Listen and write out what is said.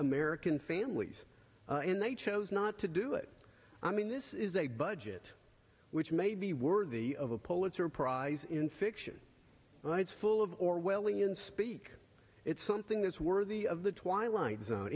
american families and they chose not to do it i mean this is a budget which may be worthy of a pulitzer prize in fiction but it's full of orwellian speak it's something that's worthy of the twilight zone